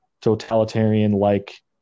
totalitarian-like